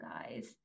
guys